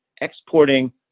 exporting